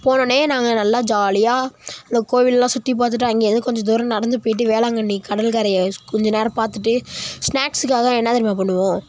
போனோடன்னே நாங்கள் நல்லா ஜாலியாக அந்த கோவிலெல்லாம் சுற்றி பார்த்துட்டு அங்கையாது கொஞ்சம் தூரம் நடந்து போயிட்டு வேளாங்கண்ணி கடல்கரையை கொஞ்சம் நேரம் பார்த்துட்டு ஸ்நேக்ஸுக்காக என்ன தெரியுமா பண்ணுவோம்